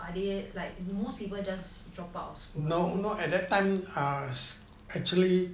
are they like most people just drop out of school ah